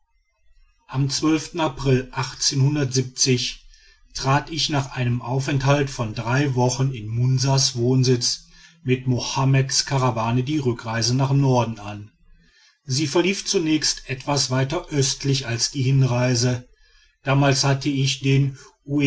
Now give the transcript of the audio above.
am april trat ich nach einem aufenthalt von drei wochen in munsas wohnsitz mit mohammeds karawane die rückreise nach norden an sie verlief zunächst etwas weiter östlich als die hinreise damals hatte ich den